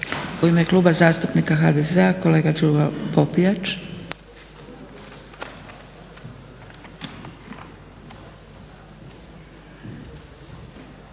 U ime Kluba zastupnika HDZ-a kolega Đuro Popijač.